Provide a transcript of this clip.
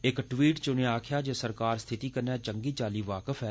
इक ट्वीट च उनें आक्खेआ जे सरकार स्थिति कन्नै चंगी चाल्ली बाकिफ ऐ